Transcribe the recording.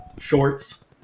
Shorts